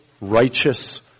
righteous